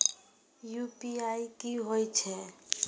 UPI की होई छै?